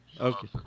okay